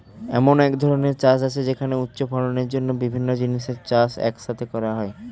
এমন এক ধরনের চাষ আছে যেখানে উচ্চ ফলনের জন্য বিভিন্ন জিনিসের চাষ এক সাথে করা হয়